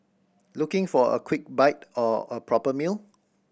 looking for a quick bite or a proper meal